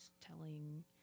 telling